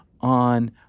on